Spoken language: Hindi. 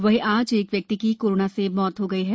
वहीं आज एक व्यक्ति की कोरोना से मौत हो गई है